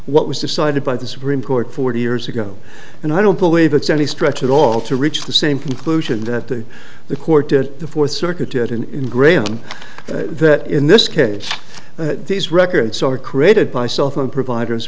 what was decided by the supreme court forty years ago and i don't believe it's any stretch at all to reach the same conclusion that the court did the fourth circuit in graham that in this case these records are created by cell phone providers